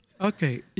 Okay